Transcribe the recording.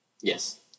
Yes